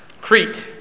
Crete